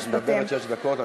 את מדברת שש דקות.